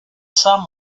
some